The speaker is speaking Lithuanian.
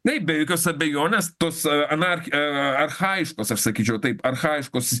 taip be jokios abejonės tos anarch a archajiškos aš sakyčiau taip archajiškos